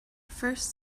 first